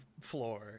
floor